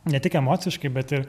ne tik emociškai bet ir